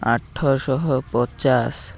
ଆଠ ଶହ ପଚାଶ